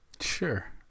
sure